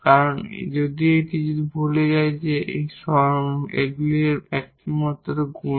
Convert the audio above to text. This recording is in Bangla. এবং এটি যদি এই ভুলে যায় যে এইগুলির একটি মাত্র গুণ